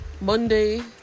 Monday